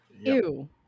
Ew